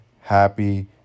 happy